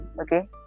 okay